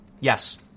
Yes